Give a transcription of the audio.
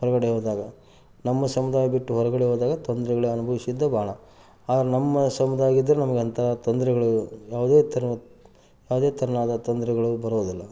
ಹೊರಗಡೆ ಹೋದಾಗ ನಮ್ಮ ಸಮುದಾಯ ಬಿಟ್ಟು ಹೊರಗಡೆ ಹೋದಾಗ ತೊಂದರೆಗಳು ಅನುಭವಿಸಿದ್ದು ಭಾಳ ಆದ್ರೆ ನಮ್ಮ ಸಮುದಾಯ ಆಗಿದ್ದರೆ ನಮ್ಗೆ ಅಂತ ತೊಂದರೆಗಳು ಯಾವುದೇ ಥರನಾ ಯಾವುದೇ ಥರವಾದ ತೊಂದರೆಗಳು ಬರೋದಿಲ್ಲ